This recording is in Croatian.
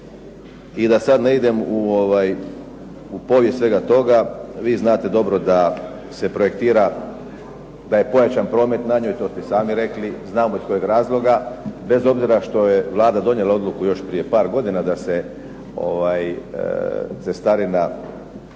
I da sad ne idem u povijest svega toga, vi znate dobro da se projektira, da je pojačan promet na njoj to ste i sami rekli, znamo iz kojeg razloga, bez obzira što je Vlada donijela odluku još prije par godina da se cestarina